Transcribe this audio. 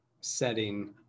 setting